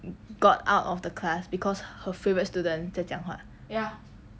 got out of the class because her favourite student 在讲话 ya